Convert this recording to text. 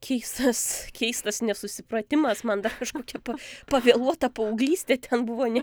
keistas keistas nesusipratimas man dar kažkokia pa pavėluota paauglystė ten buvo ne